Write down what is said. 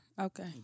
Okay